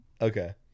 okay